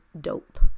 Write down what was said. DOPE